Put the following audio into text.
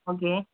okay